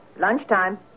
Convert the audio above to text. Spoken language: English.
Lunchtime